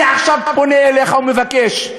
אני עכשיו פונה אליך ומבקש,